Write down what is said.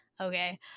okay